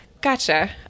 Gotcha